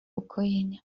ukojenia